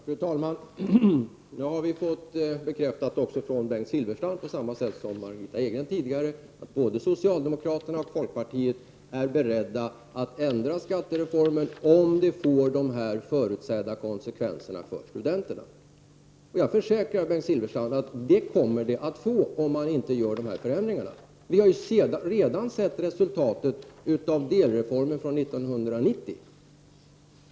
Fru talman! Nu har vi fått bekräftat också från Bengt Silfverstrand på samma sätt som av Margitta Edgren tidigare, att både socialdemokraterna och folkpartiet är beredda att ändra skattereformen, om den får de konsekvenser för studenterna som jag förutser. Jag försäkrar Bengt Silfverstrand att det kommer den att få, om man inte gör de nödvändiga förändringarna. Det är mycket lätt att konstatera. Vi har redan sett resultatet av delreformen för 1990.